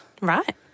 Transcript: Right